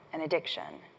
and addiction.